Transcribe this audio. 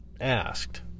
asked